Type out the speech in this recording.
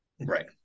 right